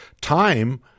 time